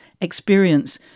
experience